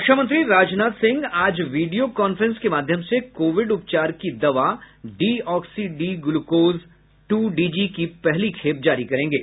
रक्षामंत्री राजनाथ सिंह आज video conference के माध्यम से कोविड उपचार की दवा डी ऑक्सी डी ग्लूकोज ट्र डीजी की पहली खेप जारी करेंगे